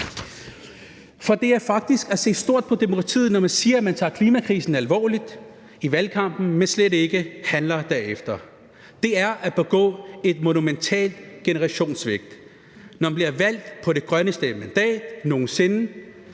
om. Det er faktisk at se stort på demokratiet, når man i valgkampen siger, at man tager klimakrisen alvorligt, men slet ikke handler derefter. Det er at begå et monumentalt generationssvigt, når man bliver valgt på det grønneste mandat nogen sinde,